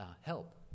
help